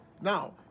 Now